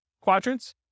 quadrants